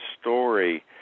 story